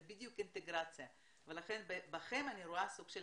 זאת בדיוק אינטגרציה ולכן בכם אני רואה סוג של